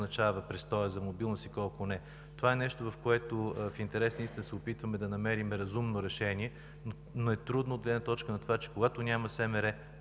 означава престоят за мобилност и колко – не. Това е нещо, за което, в интерес на истината се опитваме да намерим разумно решение, но е трудно от гледна точка на това, че когато няма СМР,